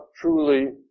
truly